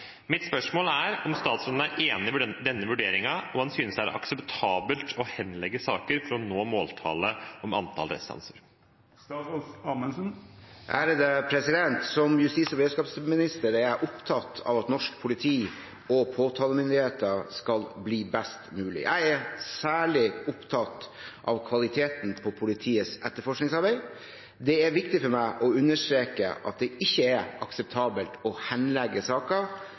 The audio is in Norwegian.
Er statsråden enig denne vurderingen, og synes han det er akseptabelt at saker henlegges for å nå måltallet om antall restanser?» Som justis- og beredskapsminister er jeg opptatt av at norsk politi og påtalemyndigheter skal bli best mulig. Jeg er særlig opptatt av kvaliteten på politiets etterforskningsarbeid. Det er viktig for meg å understreke at det ikke er akseptabelt med en henlegging av straffesaker som handler om å